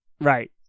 right